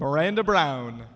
miranda brown